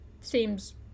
seems